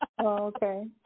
Okay